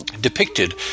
Depicted